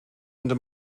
into